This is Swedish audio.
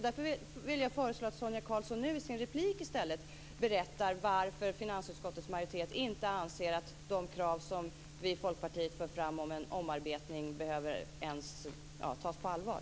Därför föreslår jag att Sonia Karlsson i sin replik berättar varför finansutskottets majoritet inte anser att Folkpartiets krav på en omarbetning ens behöver tas på allvar.